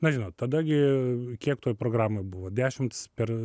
na žinot tada gi kiek toj programoj buvo dešimts per